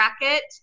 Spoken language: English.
bracket